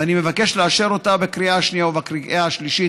ואני מבקש מכם לאשר אותה בקריאה השנייה ובקריאה השלישית.